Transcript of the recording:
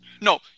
No